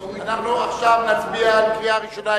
אנחנו נצביע עכשיו בקריאה ראשונה.